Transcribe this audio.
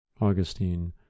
Augustine